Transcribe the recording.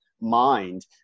mind